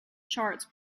charts